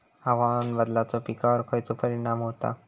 हवामान बदलाचो पिकावर खयचो परिणाम होता?